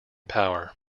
power